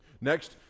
Next